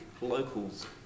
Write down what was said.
locals